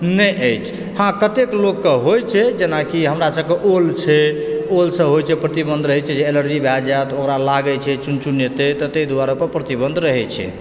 नै अछि हँ कतेक लोककऽ होइ छै जेना कि हमरा सबकऽ ओल छै ओलसऽ होइ छै प्रतिबन्ध रहै छै जे एलर्जी भए जायत ओकरा लागै छै चुनचुनेते तऽ तइ दुआरे ओइपर प्रतिबन्ध रहै छै